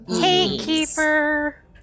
Gatekeeper